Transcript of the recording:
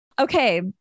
okay